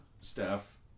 staff